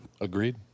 Agreed